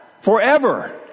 forever